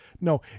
No